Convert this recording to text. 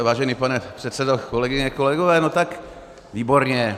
Vážený pane předsedo, kolegyně, kolegové, no tak výborně.